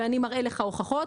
ואני אראה לך הוכחות".